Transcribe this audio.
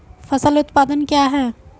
फसल उत्पादन क्या है?